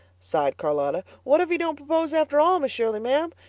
sighed charlotta. what if he don't propose after all, miss shirley, ma'am?